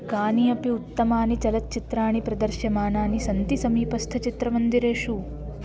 कानि अपि उत्तमानि चलच्चित्राणि प्रदृश्यमानानि सन्ति समीपस्थचित्रमन्दिरेषु